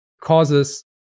causes